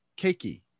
cakey